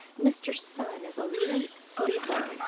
mr. sun is a late sleeper,